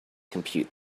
compute